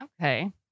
Okay